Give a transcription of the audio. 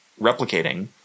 replicating